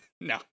no